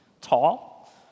tall